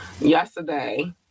yesterday